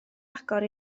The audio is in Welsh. agor